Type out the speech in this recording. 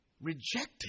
Rejected